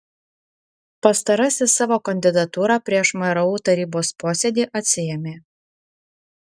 pastarasis savo kandidatūrą prieš mru tarybos posėdį atsiėmė